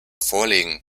vorlegen